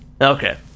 Okay